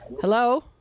hello